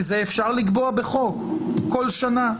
את זה אפשר לקבוע בחוק כל שנה?